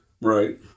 right